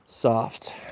Soft